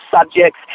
subjects